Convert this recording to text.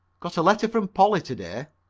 got a letter from polly to-day.